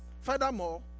furthermore